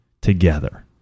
together